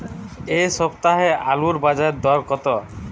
এ সপ্তাহে আলুর বাজার দর কত?